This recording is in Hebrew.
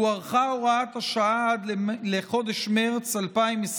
הוארכה הוראת השעה עד לחודש מרץ 2021,